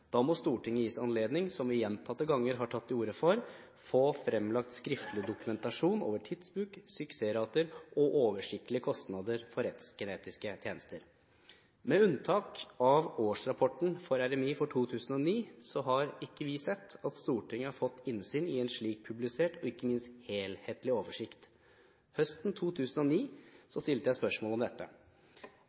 må Stortinget gis anledning til – som vi gjentatte ganger har tatt til orde for – å få fremlagt skriftlig dokumentasjon over tidsbruk, suksessrater og oversiktlige kostnader for rettsgenetiske tjenester. Med unntak av årsrapporten fra RMI for 2009 har ikke vi sett at Stortinget har fått innsyn i en slik publisert, og ikke minst helhetlig, oversikt. Høsten 2009 stilte jeg spørsmål om dette.